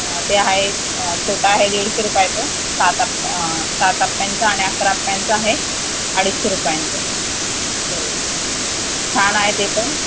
ते आहे छोटं आहे दीडशे रुपयाचं सात आ सात आप्यांचं आणि अकरा आप्यांचं आहे अडीचशे रुपयांचं हो छान आहे ते पण